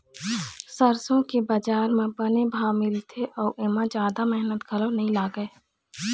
सरसो के बजार म बने भाव मिलथे अउ एमा जादा मेहनत घलोक नइ लागय